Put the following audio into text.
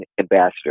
ambassador